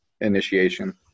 initiation